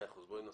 בסדר.